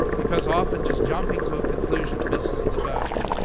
because, often, just jumping to a conclusion misses the boat,